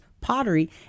pottery